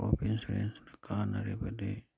crop insurance ꯀꯥꯟꯅꯔꯤꯕꯗꯤ